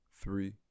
three